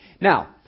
Now